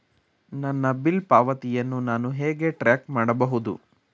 ನನ್ನ ಬಿಲ್ ಪಾವತಿಯನ್ನು ನಾನು ಹೇಗೆ ಟ್ರ್ಯಾಕ್ ಮಾಡಬಹುದು?